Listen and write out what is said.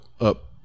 up